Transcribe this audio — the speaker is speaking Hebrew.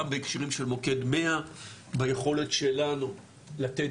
גם בהקשרים של מוקד מאה ביכולת שלנו לתת